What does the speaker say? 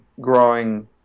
growing